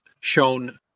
shown